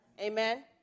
Amen